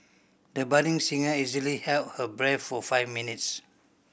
the budding singer easily held her breath for five minutes